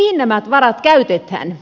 mihin nämä varat käytetään